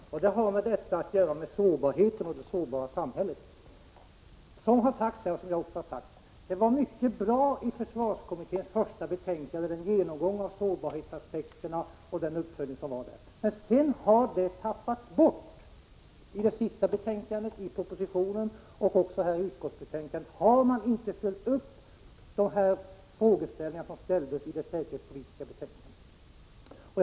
Det har med det sårbara samhället att göra. Försvarskommitténs första betänkande var bra med den genomgång av sårbarhetsaspekterna och den uppföljning det innehöll. Men sedan har detta tappats bort. I det sista betänkandet, i propositionen och i utskottsbetänkandet har man inte följt upp de frågeställningar som ställdes i det säkerhetspolitiska betänkandet.